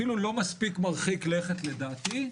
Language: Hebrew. אפילו לא מספיק מרחיק לכת לדעתי.